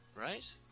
Right